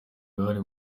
uruhare